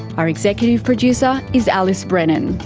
our executive producer is alice brennan.